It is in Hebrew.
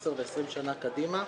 עשר ו-20 שנים קדימה.